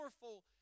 powerful